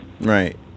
Right